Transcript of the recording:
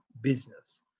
business